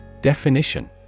Definition